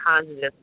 positive